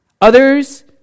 Others